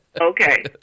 Okay